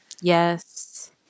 Yes